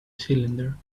cylinder